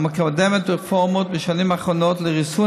המקדמת רפורמות בשנים האחרונות לריסון